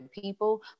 people